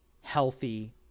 healthy